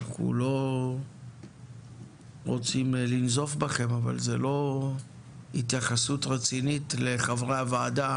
אנחנו לא רוצים לנזוף בכם אבל זו לא התייחסות רצינית לחברי הוועדה.